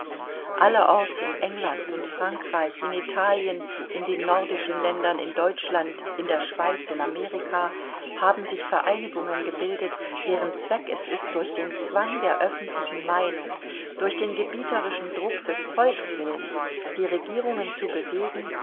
allerorts in england und frankreich in italien in den nordischen ländern in deutschland in der schweiz in amerika haben sich vereinigungen gebildet deren zweck es ist durch den zwang der öffentlichen meinung durch den gebieterischen druck des volkswillens die regierungen zu bewegen